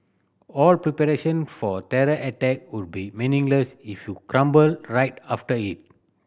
all preparation for a terror attack would be meaningless if you crumble right after it